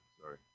Sorry